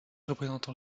représentant